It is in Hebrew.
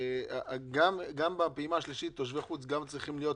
שגם בפעימה השלישית תושבי חוץ צריכים להיכלל.